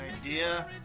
idea